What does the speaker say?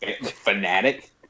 fanatic